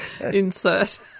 insert